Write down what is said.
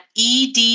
ed